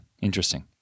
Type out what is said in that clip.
Interesting